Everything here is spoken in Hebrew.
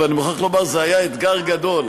אבל אני מוכרח לומר שזה היה אתגר גדול.